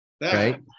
Right